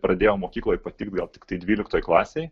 pradėjo mokykloj patikt gal tiktai dvyliktoj klasėj